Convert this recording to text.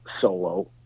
solo